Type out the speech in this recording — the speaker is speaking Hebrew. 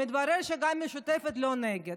מתברר שגם המשותפת לא נגד.